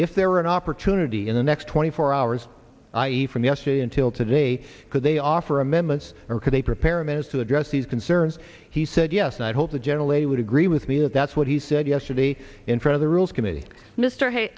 if there were an opportunity in the next twenty four hours i e from yesterday until today because they offer amendments or could they prepare him as to address these concerns he said yes and i hope the general they would agree with me that that's what he said yesterday in front of the rules committee mr h